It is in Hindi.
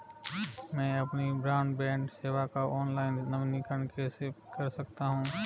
मैं अपनी ब्रॉडबैंड सेवा का ऑनलाइन नवीनीकरण कैसे कर सकता हूं?